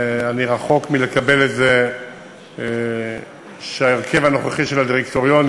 אני רחוק מלקבל את זה שההרכב הנוכחי של הדירקטוריונים